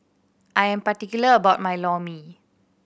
I'm particular about my Lor Mee